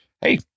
hey